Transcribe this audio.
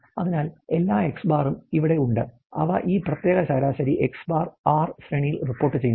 അതിനാൽ എല്ലാ X̄ ഉം ഇവിടെയുണ്ട് അവ ഈ പ്രത്യേക ശരാശരി X̄ R ശ്രേണിയിൽ റിപ്പോർട്ടുചെയ്യുന്നു